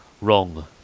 wrong